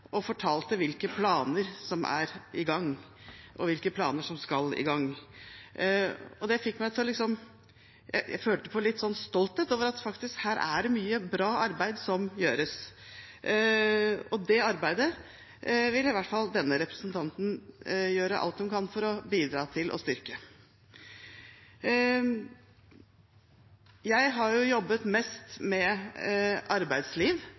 og fortalte hvilke planer som er i gang, og hvilke planer som skal i gang. Det fikk meg til liksom å føle på litt stolthet over at det faktisk er mye bra arbeid som gjøres her. Det arbeidet vil i hvert fall denne representanten gjøre alt hun kan for å bidra til å styrke. Jeg har jobbet mest med arbeidsliv.